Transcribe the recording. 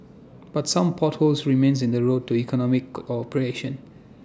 but some potholes remain in the road to economic cooperation